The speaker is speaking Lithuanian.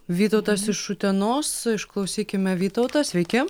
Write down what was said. vytautas iš utenos išklausykime vytauto sveiki